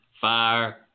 fire